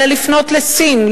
אלא לפנות לסין,